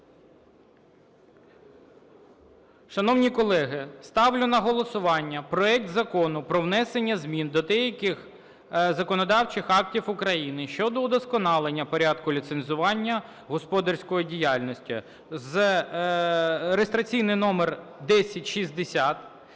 Шановні колеги, ставлю на голосування проект Закону про внесення змін до деяких законодавчих актів України щодо удосконалення порядку ліцензування господарської діяльності (реєстраційний номер 1060).